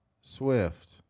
Swift